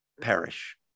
perish